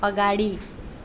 अगाडि